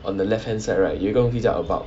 on the left hand side right 有一个东西叫 about